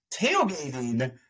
Tailgating